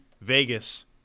Vegas